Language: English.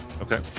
Okay